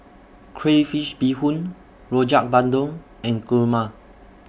Crayfish Beehoon Rojak Bandung and Kurma